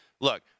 Look